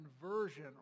conversion